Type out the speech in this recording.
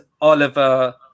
Oliver